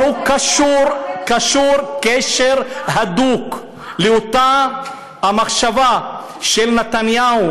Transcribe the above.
אבל זה קשור קשר הדוק לאותה המחשבה של נתניהו,